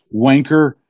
wanker